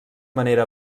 manera